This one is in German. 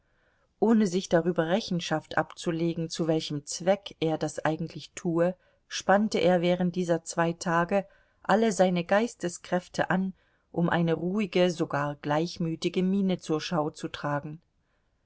ohne sich darüber rechenschaft abzulegen zu welchem zweck er das eigentlich tue spannte er während dieser zwei tage alle seine geisteskräfte an um eine ruhige sogar gleichmütige miene zur schau zu tragen